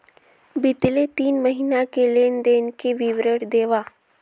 बितले तीन महीना के लेन देन के विवरण देवा?